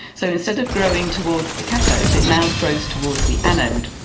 so instead of growing towards the cathode it now grows towards the anode.